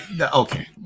Okay